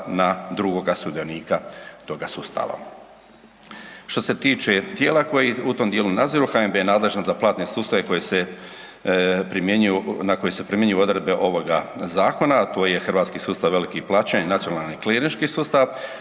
na drugoga sudionika toga sustava. Što se tiče tijela koja ih u tom dijelu nadziru, HNB je nadležan za platne sustave koji se primjenjuju, na koje se primjenjuju odredbe ovoga zakona, a to je hrvatski sustav velikih plaćanja, nacionalni i klirinški sustav,